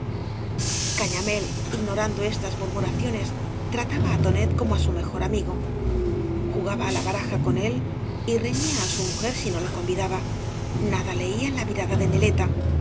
cañamél ignorando estas murmuraciones trataba á tonet como á su mejor amigo jugaba á la baraja con él y reñía á su mujer si no lo convidaba nada leía en la mirada de neleta